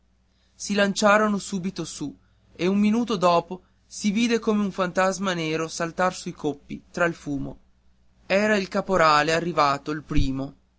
si lanciaron subito su e un minuto dopo si vide come un fantasma nero saltar sui coppi tra il fumo era il caporale arrivato il primo